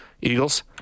Eagles